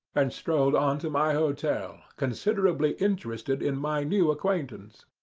and strolled on to my hotel, considerably interested in my new acquaintance.